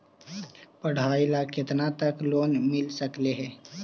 पढाई ल केतना तक लोन मिल सकले हे?